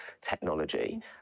technology